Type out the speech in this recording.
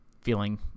feeling